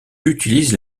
utilise